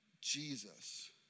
Jesus